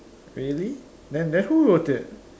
really then then who wrote it